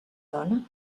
dona